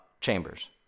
chambers